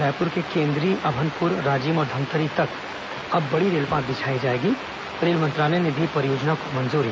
रायपुर के केन्द्री अभनपुर राजिम और धमतरी तक अब बड़ी रेलपात बिछाई जाएगी रेल मंत्रालय ने दी परियोजना को मंजूरी